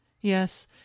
Yes